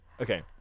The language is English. Okay